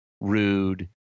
Rude